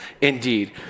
indeed